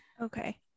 Okay